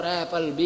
apple